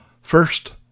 First